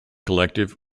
collective